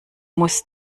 muss